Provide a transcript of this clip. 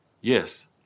Yes